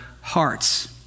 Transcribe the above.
hearts